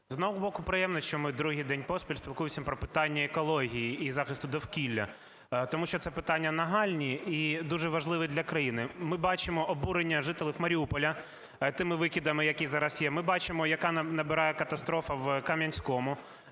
одного боку приємно, що ми другий день поспіль спілкуємось про питання екології і захисту довкілля, тому що це питання нагальні і дуже важливі для країни. Ми бачимо обурення жителів Маріуполя тими викидами, які зараз є. Ми бачимо, яка набирає катастрофа в Кам'янському,